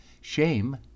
Shame